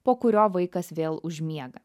po kurio vaikas vėl užmiega